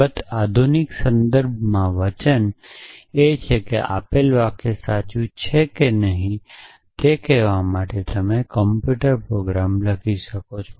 અલબત્ત આધુનિક સંદર્ભમાં વચન એ છે કે આપેલ વાક્ય સાચું છે કે નહીં તે કહેવા માટે તમે કમ્પ્યુટર પ્રોગ્રામ લખી શકો છો